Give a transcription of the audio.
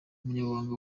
umunyamabanga